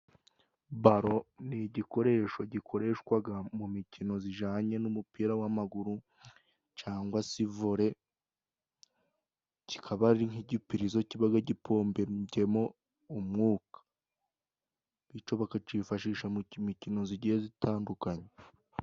Balo ni igikoresho gikoreshwaga mu mikino zijananye n'umupira w'amaguru, cangwa se ivole, kikaba ari nk'igipirizo kibaga gipombyemo umwuka, bico bakacifashisha mu mikino zigiye zitandukanye .